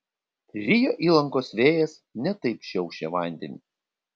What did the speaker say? rio įlankos vėjas ne taip šiaušė vandenį